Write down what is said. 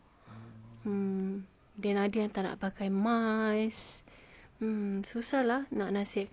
mm then ada yang tak nak pakai mask susah lah nak nasihatkan orang